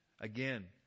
Again